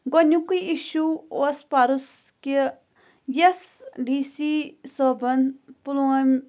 گۄڈنیُکُے اِشوٗ اوس پَرُس کہِ یَس ڈی سی صٲبَن پُلوٲمۍ